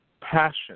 passion